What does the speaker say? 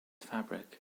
fabric